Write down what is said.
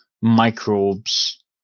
microbes